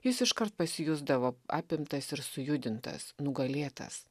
jis iškart pasijusdavo apimtas ir sujudintas nugalėtas